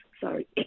Sorry